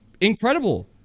incredible